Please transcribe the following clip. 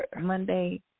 Monday